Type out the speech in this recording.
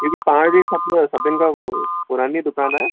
जेकी तव्हांजी सभु सभिनि खां पोइ पुराणी दुकानु आहे